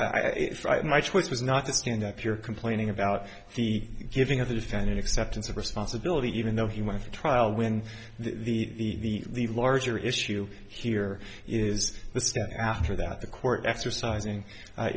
had my choice was not to stand up you're complaining about the giving of the defendant acceptance of responsibility even though he went to trial when the the larger issue here is after that the court exercising i